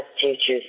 teachers